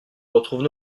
retrouve